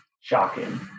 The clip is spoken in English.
shocking